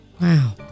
Wow